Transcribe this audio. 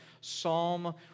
Psalm